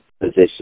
position